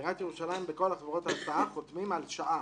בעיריית ירושלים בכל חברות ההסעה חותמים על שעה.